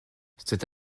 cet